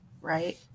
right